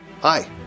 Hi